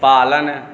पालन